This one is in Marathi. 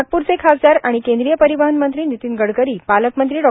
नागपूरचे खासदार आणि केंद्रीय परिवहन मंत्री नितिन गडकरी पालकमंत्री डॉ